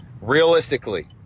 realistically